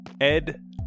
Ed